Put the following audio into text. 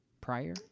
prior